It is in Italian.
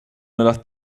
nella